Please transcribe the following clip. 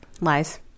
Lies